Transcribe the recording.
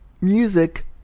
Music